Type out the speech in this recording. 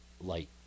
light